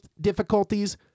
difficulties